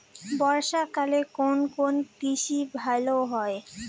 বর্ষা কালে কোন কোন কৃষি ভালো হয়?